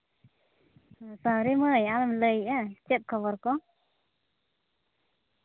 ᱥᱟᱣᱨᱤ ᱢᱟᱹᱭ ᱟᱢᱮᱢ ᱞᱟᱹᱭᱮᱜᱼᱟ ᱪᱮᱫ ᱠᱷᱚᱵᱚᱨ ᱠᱚ